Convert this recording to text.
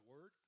Word